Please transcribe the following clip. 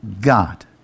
God